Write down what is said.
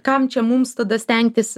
kam čia mums tada stengtis